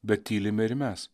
bet tylime ir mes